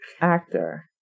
actor